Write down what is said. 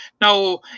Now